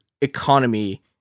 economy